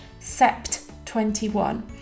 sept21